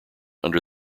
under